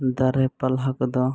ᱫᱟᱨᱮ ᱯᱟᱞᱦᱟ ᱠᱚᱫᱚ